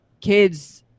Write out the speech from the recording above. kids